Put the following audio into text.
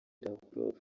lavrov